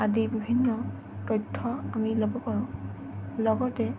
আদি বিভিন্ন তথ্য আমি ল'ব পাৰোঁ লগতে